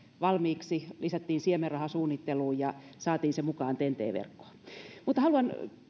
valmiiksi lisättiin siemenraha suunnitteluun ja saatiin se mukaan ten t verkkoon haluan